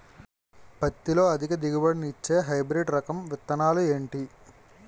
పత్తి లో అధిక దిగుబడి నిచ్చే హైబ్రిడ్ రకం విత్తనాలు ఏంటి